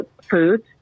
food